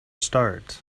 start